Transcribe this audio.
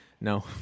no